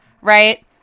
right